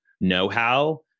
know-how